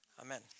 Amen